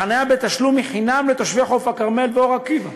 החניה במקומות בתשלום היא חינם לתושבי חוף-הכרמל ואור-עקיבא.